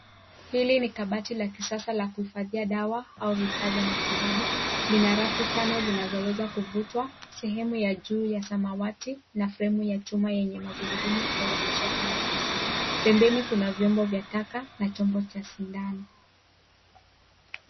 Hili ni kabati la kisasa la kuhifadhia dawa au vifaa vya matibabu lina rafu tano zinazoweza kuvutwa sehemu ya juu ya samawati na fremu ya chuma yenye magurudumu kwa uhamishaji rahisi ,pembeni kuna vyombo vya taka na chombo cha sindano.